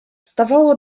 stawało